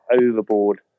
Overboard